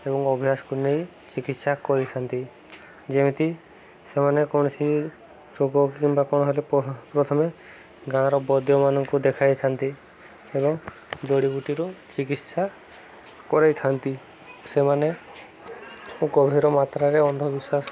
ଏବଂ ଅଭ୍ୟାସକୁ ନେଇ ଚିକିତ୍ସା କରିଥାନ୍ତି ଯେମିତି ସେମାନେ କୌଣସି ରୋଗ କିମ୍ବା କ'ଣ ହେଲେ ପ୍ରଥମେ ଗାଁର ବୈଦ୍ୟମାନଙ୍କୁ ଦେଖାଇଥାନ୍ତି ଏବଂ ଜଡ଼ିବୁଟିରୁ ଚିକିତ୍ସା କରେଇଥାନ୍ତି ସେମାନେ ଗଭୀର ମାତ୍ରାରେ ଅନ୍ଧବିଶ୍ୱାସ